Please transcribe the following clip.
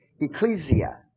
Ecclesia